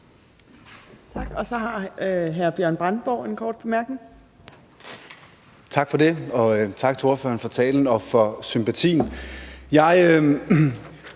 Kl. 11:55 Bjørn Brandenborg (S): Tak for det, og tak til ordføreren for talen og for sympatien.